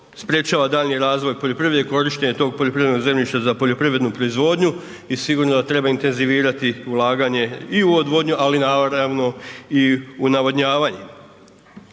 korištenje tog poljoprivrednog zemljišta za poljoprivrednu proizvodnju i sigurno da treba intenzivirati ulaganja i u odvodnju, ali naravno i u navodnjavanje.